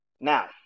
Now